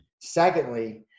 Secondly